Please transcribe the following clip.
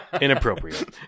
Inappropriate